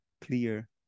clear